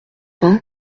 vingt